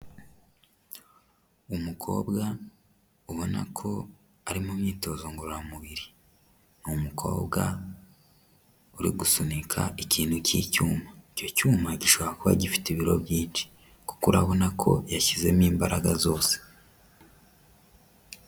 Uyu umukobwa ubona ko ari mu myitozo ngororamubiri, ni umukobwa uri gusunika ikintu cy'icyuma, icyo cyuma gishobora kuba gifite ibiro byinshi kuko urabona ko yashyizemo imbaraga zose.